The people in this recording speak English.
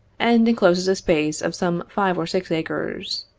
and encloses a space of some five or six acres.